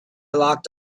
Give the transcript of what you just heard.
locked